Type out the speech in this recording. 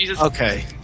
Okay